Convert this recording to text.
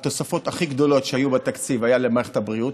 התוספות הכי גדולות שהיו בתקציב היו למערכת הבריאות,